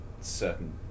certain